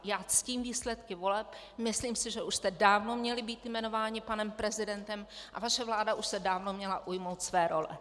Já ctím výsledky voleb, myslím si, že už jste dávno měli být jmenováni panem prezidentem a vaše vláda už se dávno měla ujmout své role.